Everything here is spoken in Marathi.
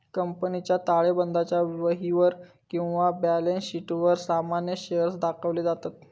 कंपनीच्या ताळेबंदाच्या वहीवर किंवा बॅलन्स शीटवर सामान्य शेअर्स दाखवले जातत